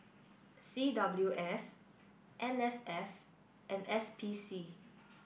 C W S N S F and S P C